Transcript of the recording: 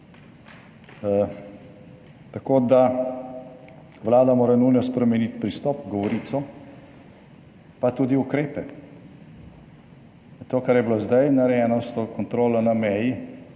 Tako, da Vlada mora nujno spremeniti pristop, govorico, pa tudi ukrepe. To kar je bilo zdaj narejeno s to kontrolo na meji,